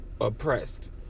oppressed